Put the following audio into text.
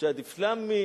ל"ג'יהאד האסלאמי",